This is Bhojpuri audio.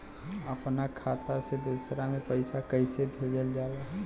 अपना खाता से दूसरा में पैसा कईसे भेजल जाला?